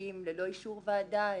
המשפטים ללא אישור ועדה?